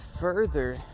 further